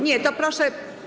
Nie, to proszę.